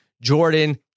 Jordan